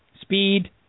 Speed